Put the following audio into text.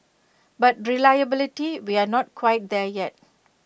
but reliability we are not quite there yet